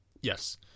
Yes